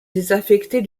désaffectée